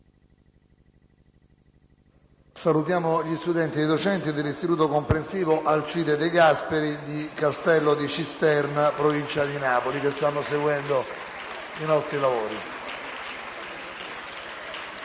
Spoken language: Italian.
Salutiamo gli studenti e i docenti dell'Istituto comprensivo «Alcide De Gasperi» di Castello di Cisterna, in provincia di Napoli, che stanno seguendo i nostri lavori.